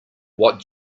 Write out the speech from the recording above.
what